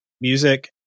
music